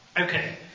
Okay